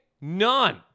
none